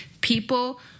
People